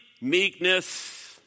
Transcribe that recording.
meekness